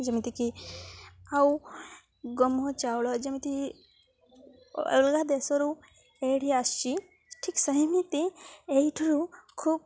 ଯେମିତିକି ଆଉ ଗହମ ଚାଉଳ ଯେମିତି ଅଲଗା ଦେଶରୁ ଏଇଠି ଆସିଚି ଠିକ୍ ସେଇମିତି ଏଇଠରୁ ଖୁବ୍